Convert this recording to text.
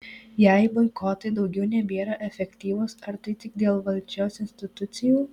jei boikotai daugiau nebėra efektyvūs ar tai tik dėl valdžios institucijų